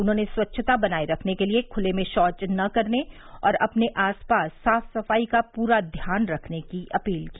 उन्होंने स्वच्छता बनाये रखने के लिए खुले में शौच न करने और अपने आसपास साफ सफाई का पूरा ध्यान रखने की अपील की